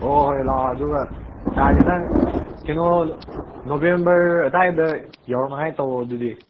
ꯑꯣ ꯍꯣꯏ ꯂꯥꯛꯑꯣ ꯑꯗꯨꯒ ꯆꯥꯁꯦ ꯅꯪ ꯀꯩꯅꯣ ꯅꯣꯕꯦꯝꯕꯔ ꯑꯗꯥꯏꯗ ꯌꯧꯔꯛꯅꯉꯥꯏ ꯇꯧꯔꯛꯑꯣ ꯑꯗꯨꯗꯤ